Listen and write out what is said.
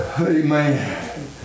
Amen